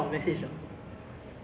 可是之下我很酷漫